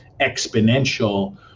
exponential